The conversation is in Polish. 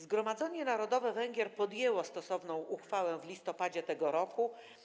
Zgromadzenie Narodowe Węgier podjęło stosowną uchwałę w listopadzie tego roku.